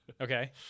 Okay